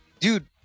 Dude